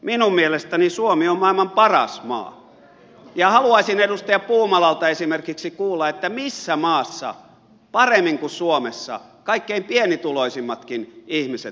minun mielestäni suomi on maailman paras maa ja haluaisin edustaja puumalalta esimerkiksi kuulla missä maassa kaikkein pienituloisimmatkin ihmiset pystyvät elämään paremmin kuin suomessa